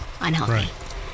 unhealthy